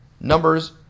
numbers